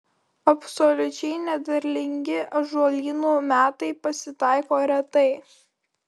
absoliučiai nederlingi ąžuolynų metai pasitaiko retai